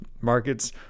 markets